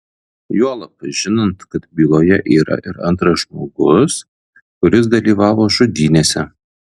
juolab žinant kad byloje yra ir antras žmogus kuris dalyvavo žudynėse